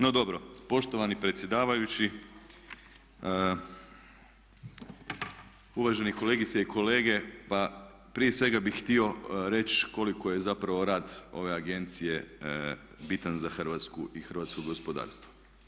No dobro, poštovani predsjedavajući, uvaženi kolegice i kolege pa prije svega bih htio reći koliko je zapravo rad ove agencije bitan za Hrvatsku i hrvatsko gospodarstvo.